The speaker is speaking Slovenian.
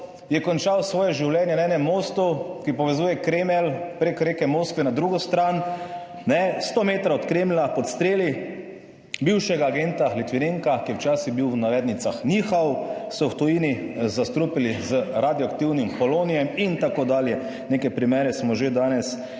je končal svoje življenje na enem mostu, ki povezuje Kremelj prek reke Moskve na drugo stran, ne, 100 metrov od Kremlja, pod streli. Bivšega agenta Litvinenka, ki je včasih bil v navednicah njihov, so v tujini zastrupili z radioaktivnim polonijem in tako dalje, neke primere smo že danes